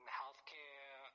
healthcare